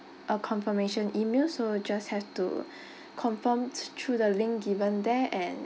a confirmation emails so will just have to confirm through the link given there and